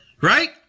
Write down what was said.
Right